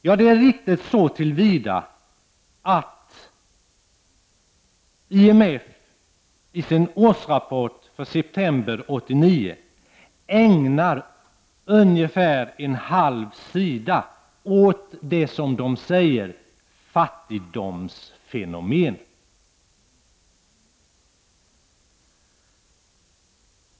Ja, det är riktigt så till vida att IMF i sin årsrapport från september 1989 ägnar ungefär en halv sida åt, som man säger, ”fattigdomsfenomenet”.